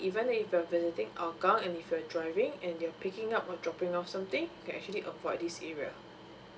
event if you're visiting hougang and if you're driving and you're picking up or dropping off something you can actually avoid this area